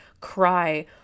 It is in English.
cry